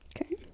Okay